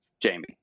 Jamie